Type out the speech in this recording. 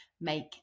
make